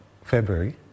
February